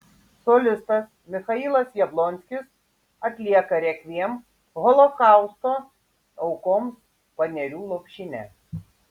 solistas michailas jablonskis atlieka rekviem holokausto aukoms panerių lopšinę